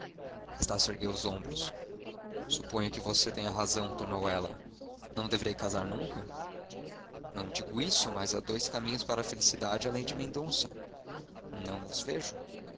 helena estácio ergueu os ombros supondo que você tenha razão tornou ela não deverei casar nunca não digo isso mas há dois caminhos para a felicidade além de mendonça não os vejo